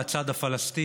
על הצד הפלסטיני,